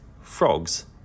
frogs